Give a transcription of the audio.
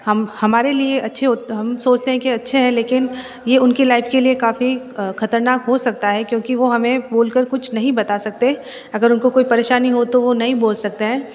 हम हमारे लिए अच्छे होते हम सोचते हैं के अच्छे हैं लेकिन ये उनकी लाइफ के लिए काफ़ी खतरनाक हो सकता है क्योंकि वो हमें बोलकर कुछ नहीं बता सकते अगर उनको कोई परेशानी हो तो वो नहीं बोल सकते हैं